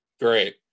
great